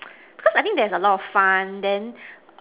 cause I think there's a lot of fun then